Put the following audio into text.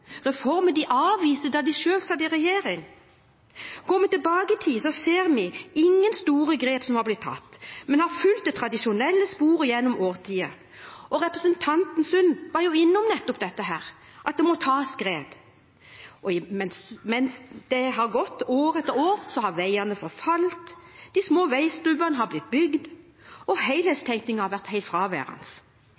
de avviste da de selv satt i regjering. Går vi tilbake i tid, ser vi ingen store grep som har blitt tatt. Man har fulgt det tradisjonelle sporet gjennom årtier. Representanten Sund var innom nettopp dette at det må tas grep – men mens det har gått år etter år, har veiene gjerne forfalt, små veistubber har blitt bygd, og